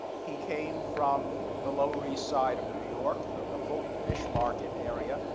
he came from the lower east side of new york, the the fulton fish market area,